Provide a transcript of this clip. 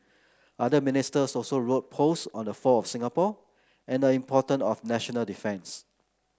other Ministers also wrote posts on the fall of Singapore and importance of national defence